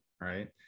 right